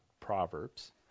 Proverbs